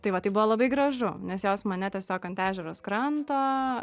tai va tai buvo labai gražu nes jos mane tiesiog ant ežero kranto